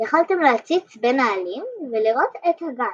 יכלתם להציץ בין העלים ולראות — את הגן,